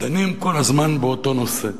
דנים כל הזמן באותו נושא.